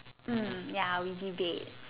mm ya we debate